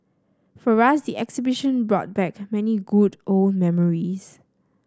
for us the exhibition brought back many good old memories